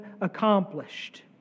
accomplished